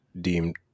deemed